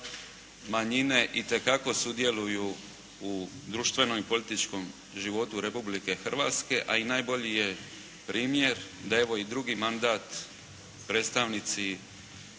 manjine itekako sudjeluju u društvenom i političkom životu Republike Hrvatske, a i najbolji je primjer da evo i drugi mandat predstavnici